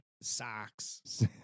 socks